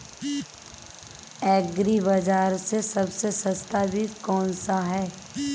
Agree बाज़ार में सबसे सस्ता बीज कौनसा है?